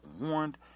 warned